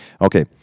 Okay